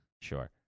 Sure